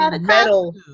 metal